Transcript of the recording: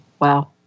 Wow